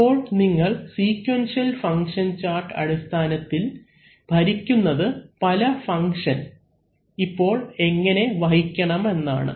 അപ്പോൾ നിങ്ങൾ sequential function chart അടിസ്ഥാനത്തിൽ ഭരിക്കുന്നത് പല ഫങ്ക്ഷൻ എപ്പോൾ എങ്ങനെ വഹിക്കണമെന്നാണ്